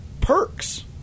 perks